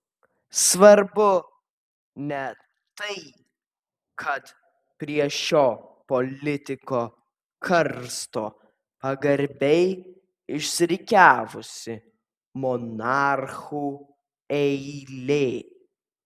svarbu ne tai kad prie šio politiko karsto pagarbiai išsirikiavusi monarchų eilė